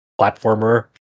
platformer